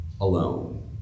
alone